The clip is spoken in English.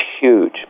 huge